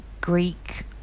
greek